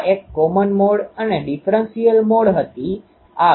તેથી તે ત્રિજ્યા વેક્ટર r છે અને તે એકમ વેક્ટર છે જે મેં અહીં બતાવ્યું છે